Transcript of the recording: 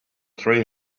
three